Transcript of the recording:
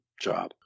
job